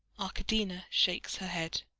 arkadina shakes her head.